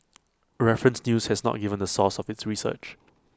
reference news has not given the source of its research